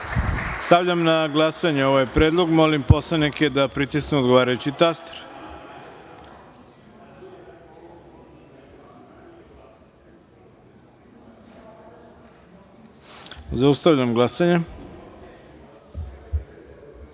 Hvala. Stavljam na glasanje ovaj predlog. Molim poslanike da pritisnu odgovarajući taster. Zaustavljam glasanje: